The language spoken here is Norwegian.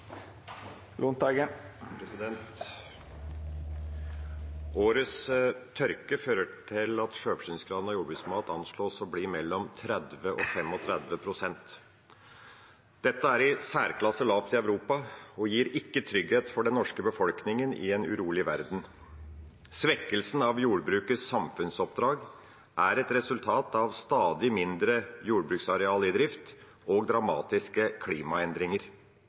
prosent. Dette er i særklasse lavt i Europa og gir ikke trygghet for den norske befolkningen i en urolig verden. Svekkelsen av jordbrukets samfunnsoppdrag er et resultat av stadig mindre jordbruksareal i drift og dramatiske klimaendringer.